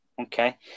Okay